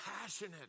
passionate